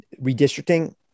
redistricting